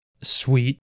Sweet